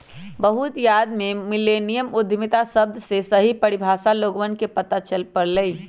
बहुत बाद में मिल्लेनियल उद्यमिता शब्द के सही परिभाषा लोगवन के पता चल पईलय